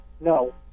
No